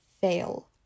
fail